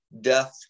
death